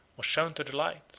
was shown to the light,